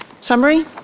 summary